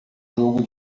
jogo